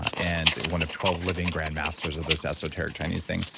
and one of twelve living grandmasters of this esoteric chinese thing.